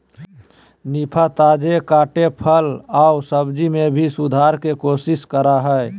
निफा, ताजे कटे फल आऊ सब्जी में भी सुधार के कोशिश करा हइ